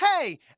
Hey